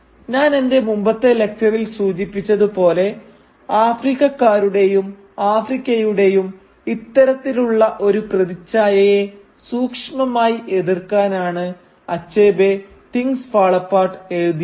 ഞാൻ എന്റെ മുമ്പത്തെ ലക്ച്ചറിൽ സൂചിപ്പിച്ചതുപോലെ ആഫ്രിക്കക്കാരുടെയും ആഫ്രിക്കയുടെയും ഇത്തരത്തിലുള്ള ഒരു പ്രതിച്ഛായയെ സൂക്ഷ്മമായി എതിർക്കാനാണ് അച്ഛബേ തിങ്സ് ഫാൾ അപ്പാർട്ട് എഴുതിയത്